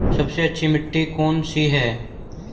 सबसे अच्छी मिट्टी कौन सी है?